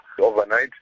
overnight